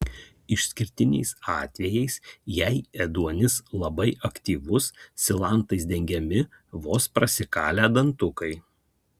išskirtiniais atvejais jei ėduonis labai aktyvus silantais dengiami vos prasikalę dantukai